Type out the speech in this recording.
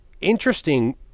interesting